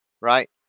right